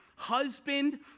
husband